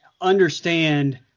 understand